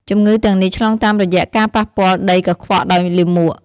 ជំងឺទាំងនេះឆ្លងតាមរយៈការប៉ះពាល់ដីកខ្វក់ដោយលាមក។